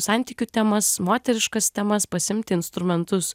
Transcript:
santykių temas moteriškas temas pasiimti instrumentus